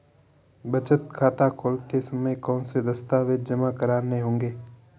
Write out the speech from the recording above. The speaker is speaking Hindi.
बचत खाता खोलते समय कौनसे दस्तावेज़ जमा करने होंगे?